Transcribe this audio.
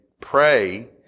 pray